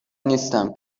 نیستم